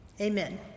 Amen